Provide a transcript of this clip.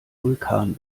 vulkan